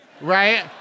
right